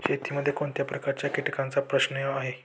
शेतीमध्ये कोणत्या प्रकारच्या कीटकांचा प्रश्न आहे?